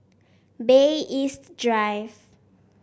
Bay East Drive